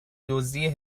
دزدی